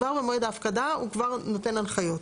כבר במועד ההפקדה הוא כבר נותן הנחיות.